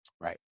Right